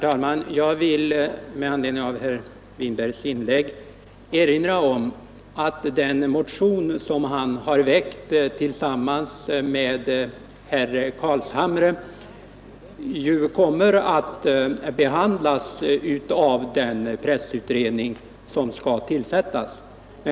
Herr talman! Jag vill med anledning av herr Winbergs inlägg erinra om att den motion som han har väckt tillsammans med herr Carlshamre kommer att behandlas av den pressutredning som skall tillsättas.